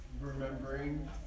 Remembering